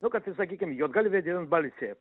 nu kad ir sakykim juodgalvė devynbalsė